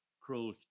cruel